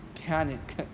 panic